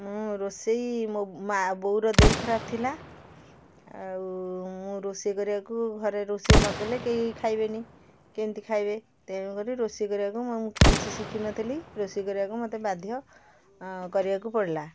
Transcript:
ମୁଁ ରୋଷେଇ ମୋ ମା ବୋଉର ଦେହ ଖରାପ ଥିଲା ଆଉ ମୁଁ ରୋଷେଇ କରିବାକୁ ଘରେ ରୋଷେଇ ନ କଲେ କେହି ଖାଇବେନି କେମିତି ଖାଇବେ ତେଣୁ କରି ରୋଷେଇ କରିବାକୁ ମୁଁ କିଛି ଶିଖିନଥିଲି ରୋଷେଇ କରିବାକୁ ମତେ ବାଧ୍ୟ କରିବାକୁ ପଡ଼ିଲା